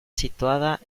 situado